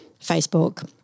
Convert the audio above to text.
Facebook